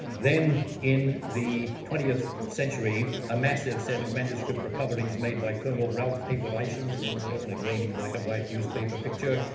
then in the twentieth century, a massive set of manuscript recoveries made by colonel ralph heyward isham, seen there in a grainy black and white newspaper picture,